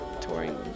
touring